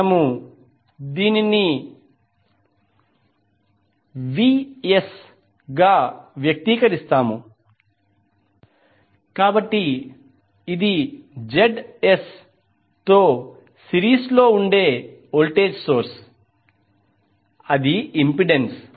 మనము దీనిని Vs గా వ్యక్తీకరిస్తాము కాబట్టి ఇదిZs తో సిరీస్ లో ఉండే వోల్టేజ్ సోర్స్ అది ఇంపెడెన్స్